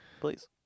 Please